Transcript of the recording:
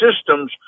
systems